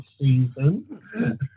season